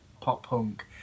pop-punk